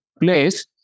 place